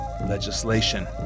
legislation